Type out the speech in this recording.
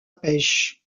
pêche